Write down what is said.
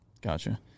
Gotcha